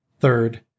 Third